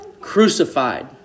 crucified